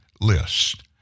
list